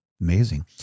Amazing